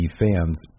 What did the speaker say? fans